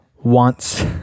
wants